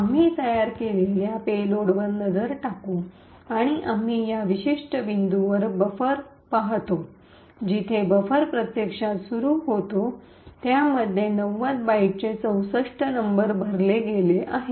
आम्ही तयार केलेल्या पेलोडवर नजर टाकू आणि आम्ही या विशिष्ट बिंदूवर बफर पाहतो जिथे बफर प्रत्यक्षात सुरू होतो त्यामध्ये ९० बाइटचे ६४ नंबर भरले गेले आहेत